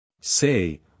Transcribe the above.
Say